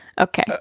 Okay